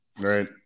right